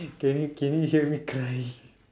can you can you hear me crying